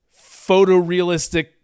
photorealistic